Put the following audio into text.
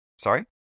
Sorry